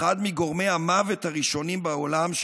הוא אחד מגורמי המוות הראשונים בעולם,